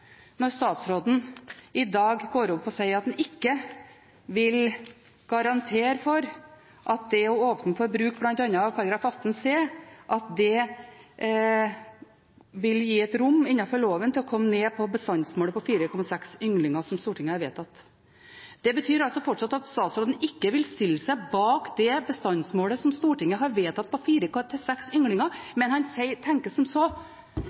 når statsråden i dag går opp og sier at han ikke vil garantere for at det å åpne for bruk bl.a. av § 18 c vil gi et rom innenfor loven til å komme ned på bestandsmålet på fire–seks ynglinger, som Stortinget har vedtatt. Det betyr at statsråden fortsatt ikke vil stille seg bak det bestandsmålet som Stortinget har vedtatt på fire–seks ynglinger, men han tenker som så: